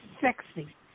sexy